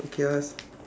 okay ah